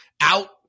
out